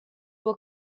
will